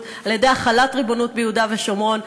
על-ידי החלת ריבונות ביהודה ושומרון.